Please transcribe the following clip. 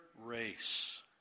race